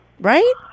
right